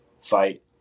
fight